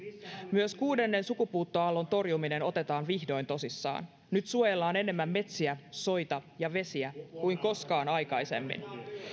myös kuudennen sukupuuttoaallon torjuminen otetaan vihdoin tosissaan nyt suojellaan enemmän metsiä soita ja vesiä kuin koskaan aikaisemmin